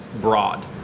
broad